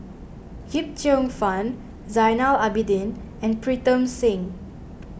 Yip Cheong Fun Zainal Abidin and Pritam Singh